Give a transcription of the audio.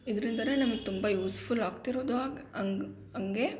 ಇದರಿಂದನೆ ನಮಗೆ ತುಂಬ ಯೂಸ್ಫುಲ್ ಆಗ್ತಿರೋದು ಹಂಗ್ ಹಂಗೇ